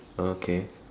okay